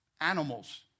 animals